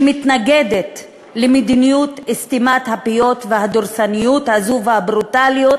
שמתנגדת למדיניות סתימת הפיות והדורסנות הזאת והברוטליות